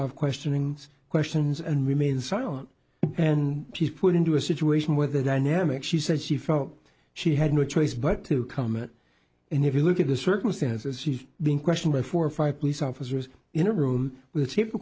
of questioning questions and remain silent and she's put into a situation where the dynamic she said she felt she had no choice but to come in and if you look at the circumstances she's being questioned by four or five police officers in a room with